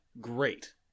great